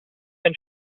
been